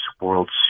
World